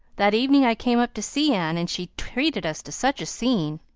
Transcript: that evening i came up to see anne and she treated us to such a scene.